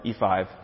E5